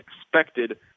expected